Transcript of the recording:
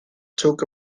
took